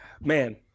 Man